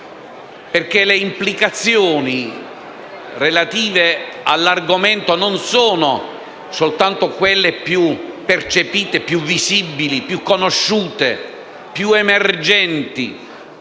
perché le implicazioni relative all'argomento non sono soltanto quelle più percepite, visibili, conosciute ed emergenti